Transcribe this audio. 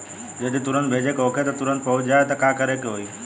जदि तुरन्त भेजे के होखे जैसे तुरंत पहुँच जाए त का करे के होई?